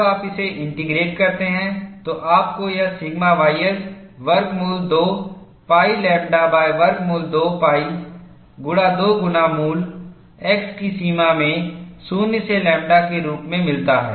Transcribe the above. जब आप इसे इंटीग्रेट करते हैं तो आपको यह सिग्मा ys वर्गमूल 2 pi लैम्ब्डा वर्गमूल 2 pi गुणा 2 गुना मूल x की सीमा में 0 से लैम्ब्डा के रूप में मिलता है